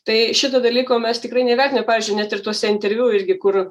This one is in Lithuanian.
tai šito dalyko mes tikrai neįvertinam pavyzdžiui net ir tuose interviu irgi kur